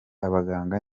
abaganga